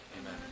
Amen